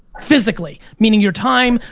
physically, meaning your time,